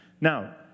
Now